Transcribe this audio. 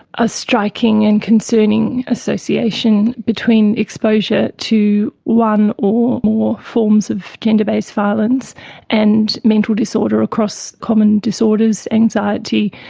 a striking and concerning association between exposure to one or more forms of gender-based violence and mental disorder across common disorders, anxiety,